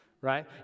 right